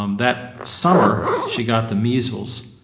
um that summer, she got the measles,